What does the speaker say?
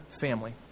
family